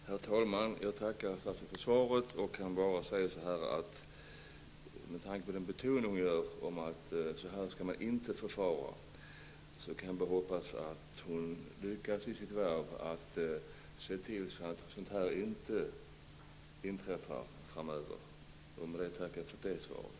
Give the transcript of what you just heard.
Herr talman! Jag tackar statsrådet för svaret. Med tanke på den betoning statsrådet gör om att så här skall man inte förfara, kan jag bara hoppas att hon lyckas i sitt värv att se till att detta inte inträffar framöver. Med detta tackar jag för det svaret.